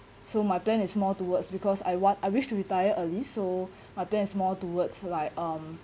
so my plan is more towards because I want I wish to retire early so my plan is more towards like um